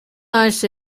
ice